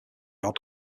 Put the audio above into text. odd